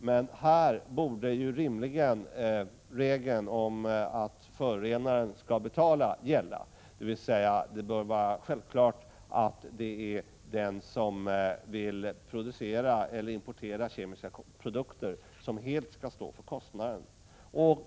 Men här borde rimligen regeln om att förorenaren skall betala gälla, dvs. det bör vara självklart att det är den som vill producera eller importera kemiska produkter som helt skall stå för kostnaden.